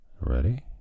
ready